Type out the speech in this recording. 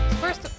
First